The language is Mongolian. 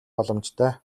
боломжтой